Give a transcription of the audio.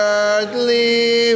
earthly